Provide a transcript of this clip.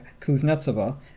Kuznetsova